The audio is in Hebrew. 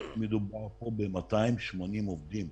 מדובר פה ב-280 עובדים.